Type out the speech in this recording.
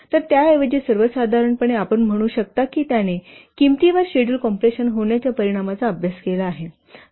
तर त्याऐवजी सर्वसाधारणपणे आपण म्हणू शकता की त्याने किंमतीवर शेड्युल कॉम्प्रेशन होण्याच्या परिणामाचा अभ्यास केला आहे